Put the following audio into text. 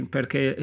Perché